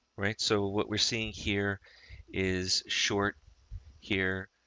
right? so what we're seeing here is short here,